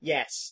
Yes